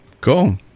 Cool